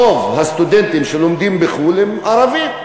רוב הסטודנטים שלומדים בחו"ל הם ערבים.